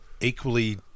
equally